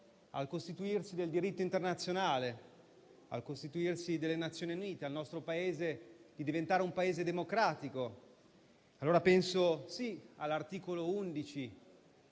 al costituirsi del diritto internazionale, al costituirsi delle Nazioni Unite, consentendo al nostro Paese di diventare un Paese democratico. Allora penso, sì, all'articolo 11,